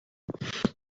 but